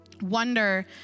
wonder